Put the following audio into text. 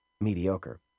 mediocre